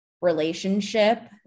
relationship